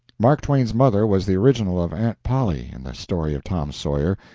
mark twain's mother was the original of aunt polly in the story of tom sawyer,